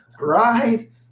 Right